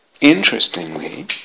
interestingly